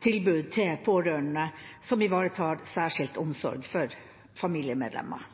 tilbud til pårørende som ivaretar særskilt omsorg for familiemedlemmer.